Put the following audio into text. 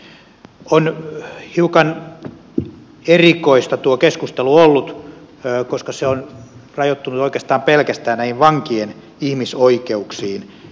on hiukan erikoista tuo keskustelu ollut koska se on rajoittunut oikeastaan pelkästään näihin vankien ihmisoikeuksiin